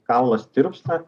kaulas tirpsta